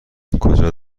کجا